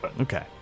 Okay